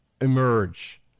emerge